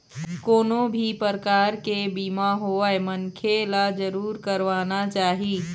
कोनो भी परकार के बीमा होवय मनखे ल जरुर करवाना चाही